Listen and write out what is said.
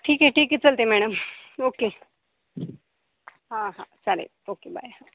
ठीक आहे ठीक आहे चालतं आहे मॅडम ओके हा हा चालेल ओके बाय हा